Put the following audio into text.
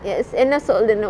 yes என்ன சொல்லுனும்:enna sollunum